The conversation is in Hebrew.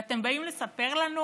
אתם באים לספר לנו